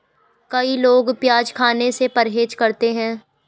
कई लोग प्याज खाने से परहेज करते है